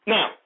Now